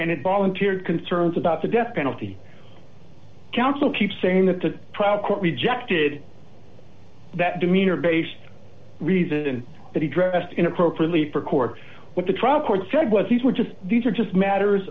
and it volunteered concerns about the death penalty counsel keeps saying that the proud court rejected that demeanor based reason and that he dressed in appropriately for court what the trial court said was these were just these are just matters